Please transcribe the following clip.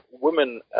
women